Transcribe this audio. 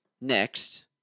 Next